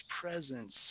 presence